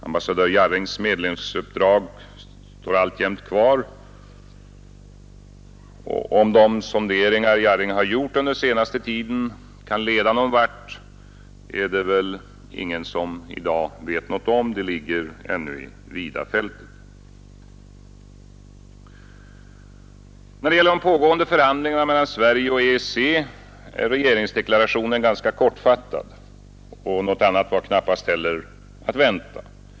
Ambassadör Jarrings medlingsuppdrag står alltjämt kvar. Om de sonderingar Jarring har gjort under senaste tiden kan leda någon vart är det väl ingen som i dag vet något om; det ligger ännu i vida fältet. När det gäller de pågående förhandlingarna mellan Sverige och EEC är regeringsdeklarationen ganska kortfattad. Något annat var knappast heller att vänta.